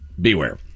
beware